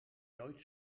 nooit